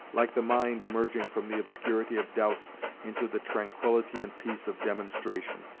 like the mind emerging from the obscurity of doubts into the tranquility and peace of demonstration.